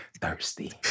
thirsty